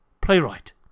Playwright